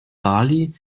bali